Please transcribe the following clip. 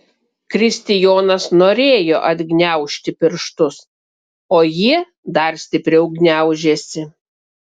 kristijonas norėjo atgniaužti pirštus o jie dar stipriau gniaužėsi